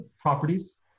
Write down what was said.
properties